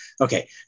Okay